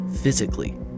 physically